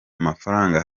amafaranga